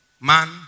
man